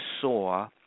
saw